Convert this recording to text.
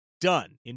done